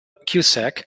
cusack